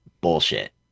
bullshit